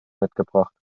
mitgebracht